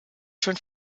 schon